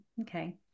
Okay